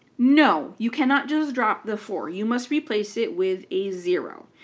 no, you cannot just drop the four you must replace it with a zero.